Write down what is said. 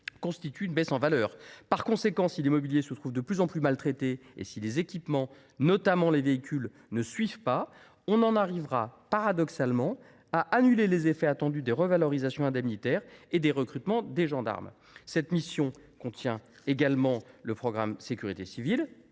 orateurs l’ont signalé. Par conséquent, si l’immobilier se trouve de plus en plus maltraité et si les équipements, notamment les véhicules, ne suivent pas, nous en arriverons paradoxalement à annuler les effets attendus des revalorisations indemnitaires et des recrutements des gendarmes. Cette mission contient également le programme « Sécurité civile